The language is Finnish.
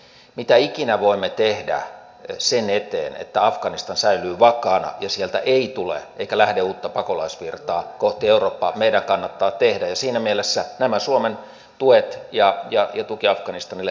mitä ikinä voimme tehdä sen eteen että afganistan säilyy vakaana ja sieltä ei tule eikä lähde uutta pakolaisvirtaa kohti eurooppaa meidän kannattaa tehdä ja siinä mielessä nämä suomen tuet ja tuki afganistanille tarkoittivat juuri tätä